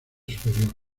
superior